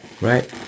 right